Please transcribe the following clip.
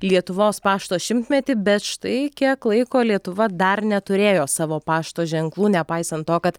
lietuvos pašto šimtmetį bet štai kiek laiko lietuva dar neturėjo savo pašto ženklų nepaisant to kad